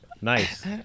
Nice